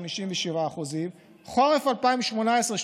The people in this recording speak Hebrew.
57%; חורף 2018,